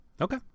Okay